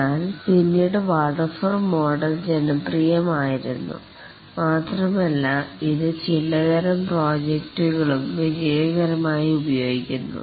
എന്നാൽ പിന്നീട് waterfall model ജനപ്രിയം ആയിരുന്നു മാത്രമല്ല ഇത് ചിലതരം പ്രോജക്റ്റുകളും വിജയകരമായി ഉപയോഗിക്കുന്നു